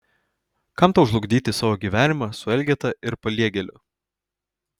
kam tau žlugdyti savo gyvenimą su elgeta ir paliegėliu